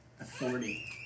authority